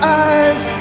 eyes